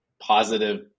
positive